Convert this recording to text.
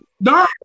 No